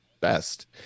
best